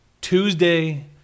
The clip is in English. Tuesday